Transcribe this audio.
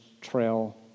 trail